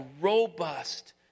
robust